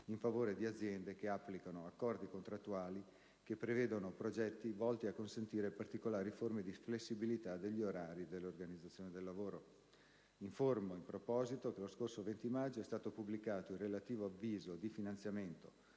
in favore di aziende che applichino accordi contrattuali che prevedono progetti volti a consentire particolari forme di flessibilità degli orari e dell'organizzazione del lavoro. Informo, in proposito, che lo scorso 20 maggio è stato pubblicato il relativo avviso di finanziamento